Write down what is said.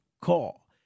call